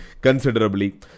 considerably